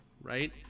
right